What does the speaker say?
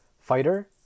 Fighter